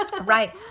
Right